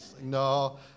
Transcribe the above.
No